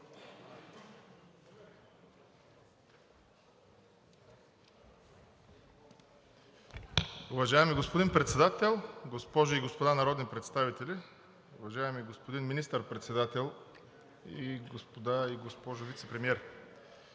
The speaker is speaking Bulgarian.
Уважаеми господин Председател, госпожи и господа народни представители, уважаеми господин Министър-председател, госпожо и господин вицепремиери!